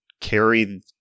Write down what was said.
carry